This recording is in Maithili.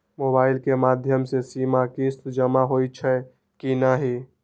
मोबाइल के माध्यम से सीमा किस्त जमा होई छै कि नहिं?